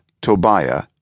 Tobiah